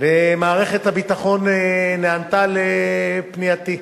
ומערכת הביטחון נענתה לפנייתי,